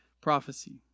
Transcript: prophecy